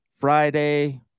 Friday